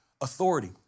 authority